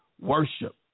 worship